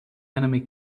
enemy